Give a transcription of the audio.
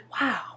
Wow